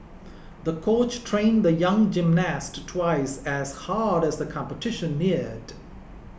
the coach trained the young gymnast twice as hard as the competition neared